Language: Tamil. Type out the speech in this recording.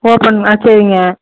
ஓப்பன் ஆ சரிங்க